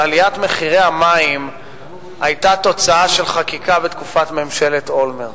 שעליית מחירי המים היתה תוצאה של חקיקה בתקופת ממשלת אולמרט,